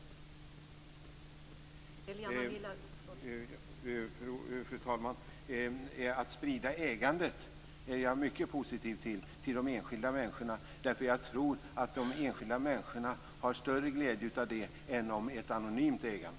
Fru talman! Att sprida ägandet till de enskilda människorna är jag mycket positiv till, därför att jag tror att de enskilda människorna har större glädje av detta än av ett anonymt ägande.